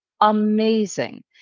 amazing